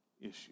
issue